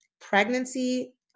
pregnancy